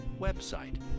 website